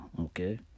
okay